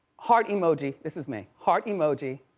heart emoji. this is me. heart emoji.